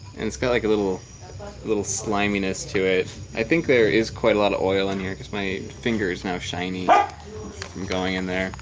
and it's got like a little little slimeyness to it. i think there is quite a lot of oil in here because my finger's now shiny but i'm going in there,